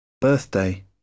birthday